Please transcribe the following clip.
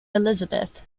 elizabeth